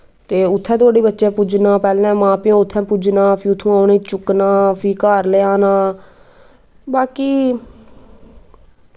ते उत्थै धोड़ी बच्चें पुज्जना पैह्लें मा प्यो उत्थै पुज्जना फ्ही उत्थुआं उ'नें ई चुक्कना फ्ही घर लेआना बाकी